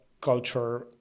culture